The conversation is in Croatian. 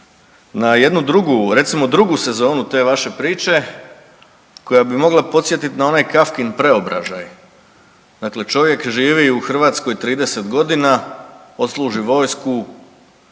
na jednu drugu, recimo drugu sezonu te vaše priče koja bi mogla podsjetiti na onaj Kafkin Preobražaj, dakle čovjek živi u Hrvatskoj 30 godina, odsluži vojsku,